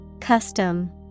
Custom